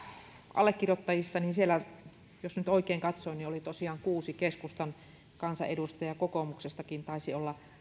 allekirjoittajissa jos nyt oikein katsoin oli tosiaan kuusi keskustan kansanedustajaa kokoomuksestakin taisi olla